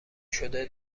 شده